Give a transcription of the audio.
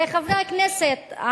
וחברי הכנסת,